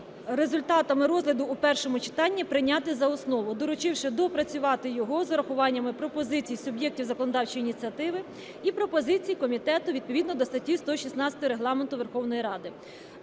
результатами розгляду в першому читанні прийняти за основу, доручивши доопрацювати його з врахуванням пропозицій суб'єктів законодавчої ініціативи і пропозицій комітету відповідно до статті 116 Регламенту Верховної Ради.